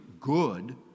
good